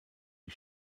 die